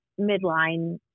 midline